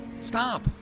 stop